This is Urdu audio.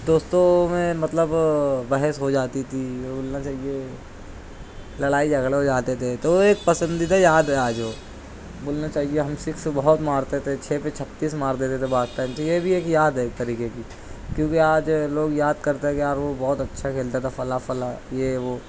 دوستوں میں مطلب بحث ہو جاتی تھی بولنا چاہیے لڑائی جھگڑے ہو جاتے تھے تو ایک پسندیدہ یاد رہا جو بولنا چاہیے ہم سکس بہت مارتے تھے چھ پہ چھتیس مار دیتے تھے بعض ٹائم تو یہ بھی ایک یاد ہے ایک طریقے کی کیونکہ آج لوگ یاد کرتے ہیں کہ یار وہ بہت اچھا کھیلتا تھا فلاں فلاں یہ وہ